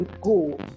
go